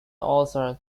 author